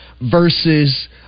versus